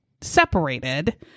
separated